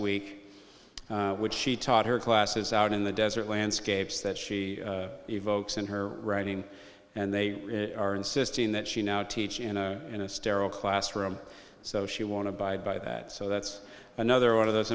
week which she taught her classes out in the desert landscapes that she evokes in her writing and they are insisting that she now teach in a in a sterile classroom so she want to abide by that so that's another one of those